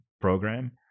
program